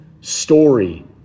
story